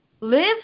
live